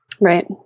Right